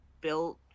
built